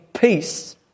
peace